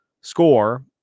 score